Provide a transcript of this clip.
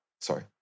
sorry